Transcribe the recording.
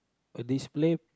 a display